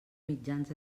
mitjans